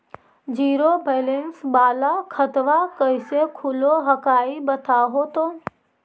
Zero balance वाला खतवा कैसे खुलो हकाई बताहो तो?